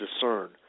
discern